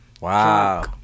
Wow